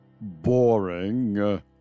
boring